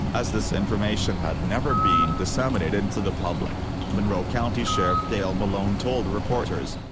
as this information had never been disseminated to the public monroe county sheriff dale malone told reporters.